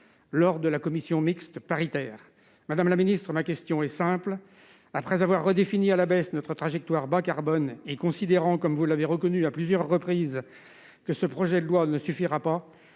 en commission mixte paritaire ? Madame la ministre, ma question est simple : après avoir redéfini à la baisse notre trajectoire bas-carbone, et considérant, comme vous l'avez reconnu à plusieurs reprises, que ce projet de loi ne suffira pas,